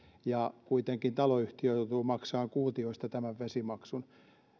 ja kuitenkin taloyhtiö joutuu maksamaan kuutioista tämän vesimaksun